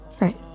Right